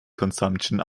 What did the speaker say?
consumption